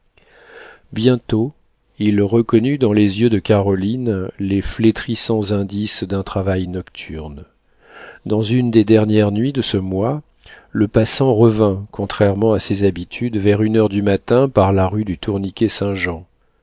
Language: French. bientôt il reconnut dans les yeux de caroline les flétrissants indices d'un travail nocturne dans une des dernières nuits de ce mois le passant revint contrairement à ses habitudes vers une heure du matin par la rue du